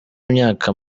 imyaka